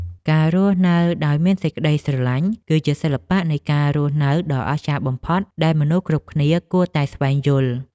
ការរស់នៅដោយមានសេចក្តីស្រឡាញ់ គឺជាសិល្បៈនៃការរស់នៅដ៏អស្ចារ្យបំផុតដែលមនុស្សគ្រប់គ្នាគួរតែស្វែងយល់។